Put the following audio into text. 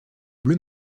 bleu